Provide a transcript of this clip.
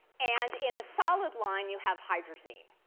and in the solid line, you have hydrazine.